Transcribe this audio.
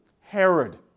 Herod